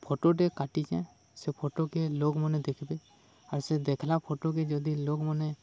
ଫଟୋଟେ କାଟିଚେଁ ସେ ଫଟୋକେ ଲୋକ୍ମନେ ଦେଖ୍ବେ ଆର୍ ସେ ଦେଖ୍ଲା ଫଟୋକେ ଯଦି ଲୋକ୍ମାନେ